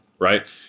right